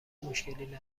مشکلی